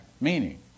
Meaning